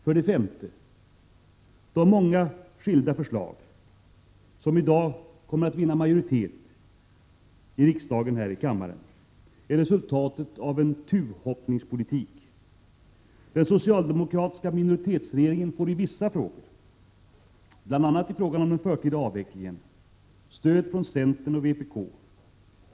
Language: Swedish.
För det femte: De många skilda förslag som i dag kommer att vinna majoritet i riksdagen är resultat av en tuvhoppningspolitik. Den socialdemokratiska minoritetsregeringen får i vissa frågor, bl.a. i fråga om den förtida avvecklingen, stöd från centern och vpk.